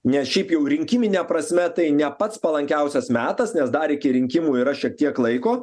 nes šiaip jau rinkimine prasme tai ne pats palankiausias metas nes dar iki rinkimų yra šiek tiek laiko